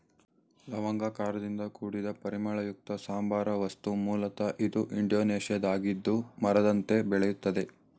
ಲವಂಗ ಖಾರದಿಂದ ಕೂಡಿದ ಪರಿಮಳಯುಕ್ತ ಸಾಂಬಾರ ವಸ್ತು ಮೂಲತ ಇದು ಇಂಡೋನೇಷ್ಯಾದ್ದಾಗಿದ್ದು ಮರದಂತೆ ಬೆಳೆಯುತ್ತದೆ